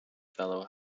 fellow